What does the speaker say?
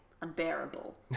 Unbearable